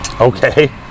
okay